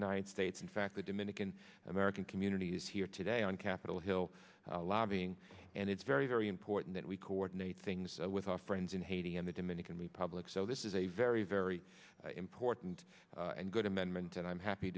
united states in fact the dominican american community is here today on capitol hill lobbying and it's very very important that we coordinate things with our friends in haiti and the dominican republic so this is a very very important and good amendment and i'm happy